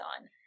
on